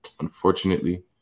Unfortunately